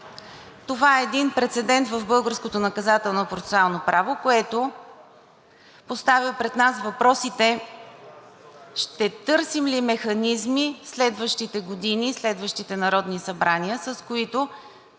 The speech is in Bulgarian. Това е един прецедент в българското наказателно-процесуално право, което поставя пред нас въпросите: ще търсим ли механизми следващите години и следващите народни събрания, с които